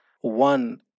One